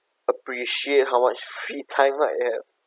appreciate how much free time now you have